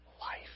life